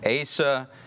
Asa